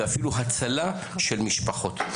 ואפילו הצלה של משפחות.